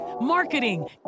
marketing